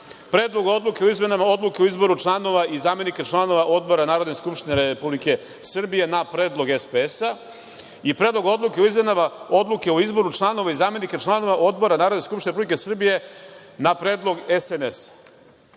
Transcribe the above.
Predlogom odluke o izmenama Odluke o izboru članova i zamenika članova odbora Narodne skupštine Republike Srbije na predlog SPS-a i Predlogom odluke o izboru članova i zamenika članova odbora Narodne skupštine Republike Srbije na predlog SNS-a.